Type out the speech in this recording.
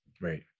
right